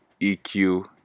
EQ